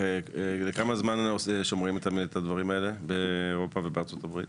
כמה זמן שומרים את הדברים האלה באירופה ובארה"ב?